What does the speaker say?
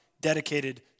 dedicated